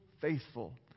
faithful